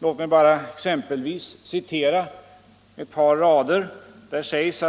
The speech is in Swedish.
Låt mig som exempel citera ett par rader: